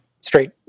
straight